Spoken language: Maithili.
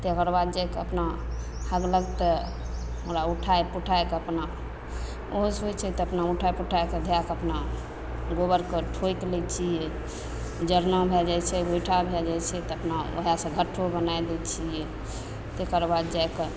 तकर बाद जाकऽ अपना हगलक तऽ ओकरा उठाय पुठायके अपना उठाय पुठायके धएकऽ अपना गोबरके ठोकि लै छियै जरना भए जाइ छै गोइठा भए जाय छै तऽ अपना ओएहसँ घठो बनाय दै छियै तकर बाद जाकऽ